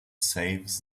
saves